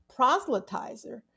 proselytizer